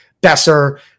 Besser